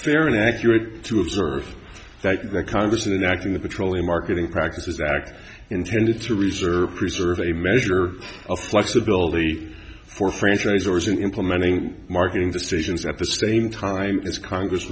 and accurate to observe that the congress and acting the petroleum marketing practices act intended to reserve preserve a measure of flexibility for franchisers in implementing marketing decisions at the same time as congress